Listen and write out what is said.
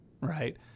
right